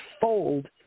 fold